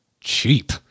cheap